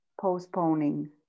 postponing